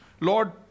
Lord